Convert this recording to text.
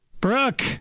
Brooke